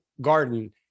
Garden